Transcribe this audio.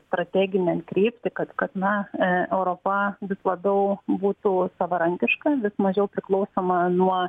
strateginę kryptį kad kad na europa vis labiau būtų savarankiška vis mažiau priklausoma nuo